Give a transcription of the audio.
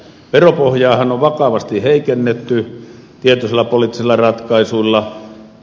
veropohjaahan on vakavasti heikennetty tietoisilla poliittisilla ratkaisuilla